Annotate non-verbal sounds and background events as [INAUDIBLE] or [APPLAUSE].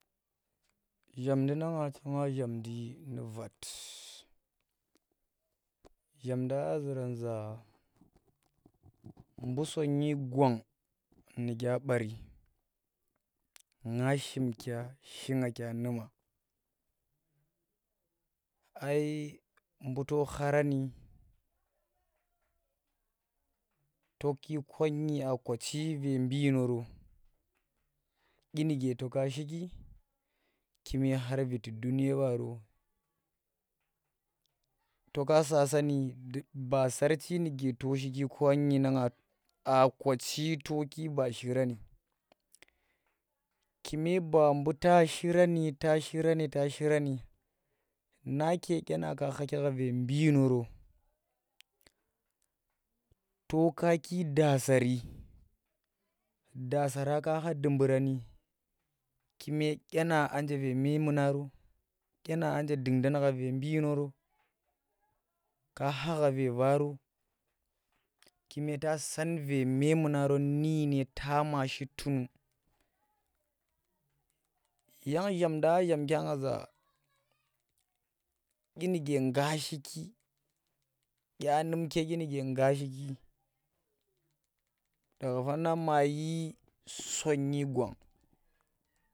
Zhamndi na nga ni chema zhamndi nu vat, zhamnda aa zuran za buu sonyi gwan nugye nga shim kya shi nga kya numa? ai mbuu to kharan to ki qwanyi aa kochi aakochi ve nmbinoro dyi nuge to ka shiki kume khar Viti duniye baaro to ka sa sasani ba sarchi nuke to shiki kwanyi na nga aakochi to ki ba shirani kume ba mbuu ta shirani ta shirani nake dyina ka khaki kha ve binoro to kaki daasari, dasara kha kha duburani kume dyenang anje ve memuna dyienang anje ve binoro ka khagha ve varo kume ta san ve memuna ro nu dyine tama tunu yang zhamnda aa zhamnga za dyinuke ngga shiki dya num ke dyi nuke ngga shiki [UNINTELLIGIBLE] daga fan nan nang ma yir sonyi gwang.